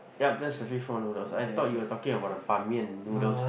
yup that's the fishball noodles I thought you were talking about the Ban-Mian noodles